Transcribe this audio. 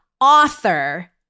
author